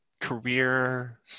career